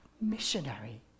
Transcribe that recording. missionary